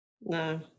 No